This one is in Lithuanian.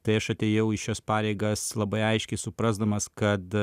tai aš atėjau į šias pareigas labai aiškiai suprasdamas kad